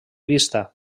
vista